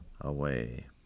away